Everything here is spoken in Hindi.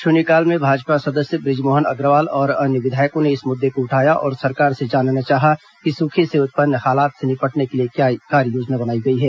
शून्यकाल में भाजपा सदस्य ब्रजमोहन अग्रवाल और अन्य विधायकों ने इस मुद्दे को उठाया और सरकार से जानना चाहा कि सूखे से उत्पन्न हालात से निपटने के लिए क्या कार्ययोजना बनाई गई है